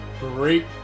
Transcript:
Great